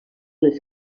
les